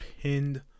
pinned